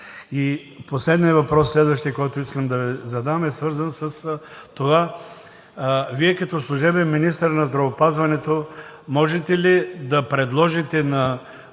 И последният въпрос, който искам да Ви задам, е свързан с това: Вие като служебен министър на здравеопазването, можете ли да предложите на